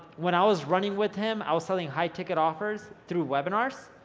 when i was running with him, i was selling high ticket offers through webinars,